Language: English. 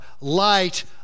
light